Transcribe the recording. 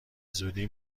زودی